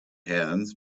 hands